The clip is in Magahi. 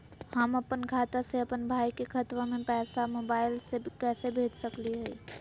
हम अपन खाता से अपन भाई के खतवा में पैसा मोबाईल से कैसे भेज सकली हई?